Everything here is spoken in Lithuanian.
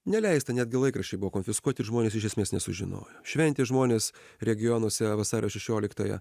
neleista netgi laikraščiai buvo konfiskuoti ir žmonės iš esmės nesužinojo šventė žmonės regionuose vasario šešioliktąją